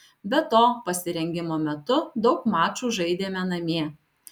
be to pasirengimo metu daug mačų žaidėme namie